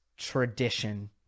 tradition